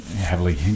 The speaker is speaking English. heavily